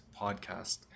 podcast